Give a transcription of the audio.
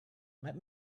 let